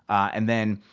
and then,